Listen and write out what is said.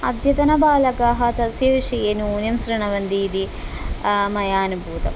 अद्यतनबालकाः तस्य विषये न्यूनं शृणवन्ति इति मया अनुभूतं